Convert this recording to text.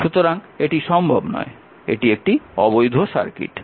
সুতরাং এটি সম্ভব নয় এটি একটি অবৈধ সার্কিট